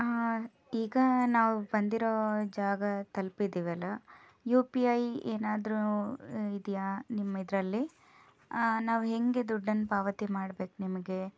ಈಗ ನಾವು ಬಂದಿರೋ ಜಾಗ ತಲ್ಪಿದೀವಲ್ಲ ಯು ಪಿ ಐ ಏನಾದರೂ ಇದೆಯಾ ನಿಮ್ಮಿದರಲ್ಲಿ ನಾವು ಹೇಗೆ ದುಡ್ಡನ್ನು ಪಾವತಿ ಮಾಡಬೇಕು ನಿಮಗೆ